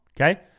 okay